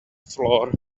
floor